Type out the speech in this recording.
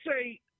say